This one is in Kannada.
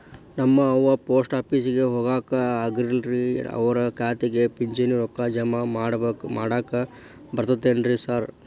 ನಮ್ ಅವ್ವ ಪೋಸ್ಟ್ ಆಫೇಸಿಗೆ ಹೋಗಾಕ ಆಗಲ್ರಿ ಅವ್ರ್ ಖಾತೆಗೆ ಪಿಂಚಣಿ ರೊಕ್ಕ ಜಮಾ ಮಾಡಾಕ ಬರ್ತಾದೇನ್ರಿ ಸಾರ್?